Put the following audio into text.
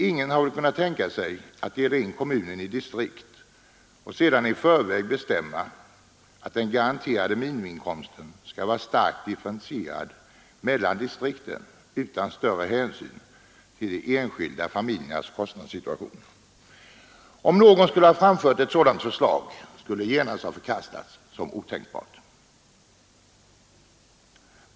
Ingen har väl kunnat tänka sig att dela in kommunen i distrikt och sedan i förväg bestämma att den garanterade minimiinkomsten skall vara starkt differentierad mellan distrikten utan större hänsyn till de enskilda familjernas kostnadssituation. Om någon hade framfört ett sådant förslag skulle det genast ha förkastats som otänkbart att genomföra.